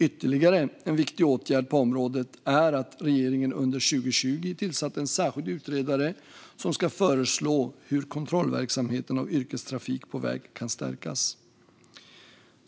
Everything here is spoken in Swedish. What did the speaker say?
Ytterligare en viktig åtgärd på området är att regeringen under 2020 tillsatte en särskild utredare som ska föreslå hur kontrollverksamheten av yrkestrafik på väg kan stärkas.